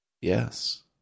Yes